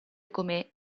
come